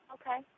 Okay